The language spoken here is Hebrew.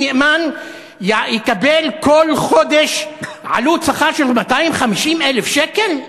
נאמן יקבל כל חודש עלות שכר של 250,000 שקל.